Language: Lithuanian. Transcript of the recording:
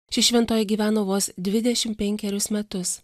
ši šventoji gyveno vos dvidešimt penkerius metus